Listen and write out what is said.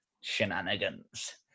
shenanigans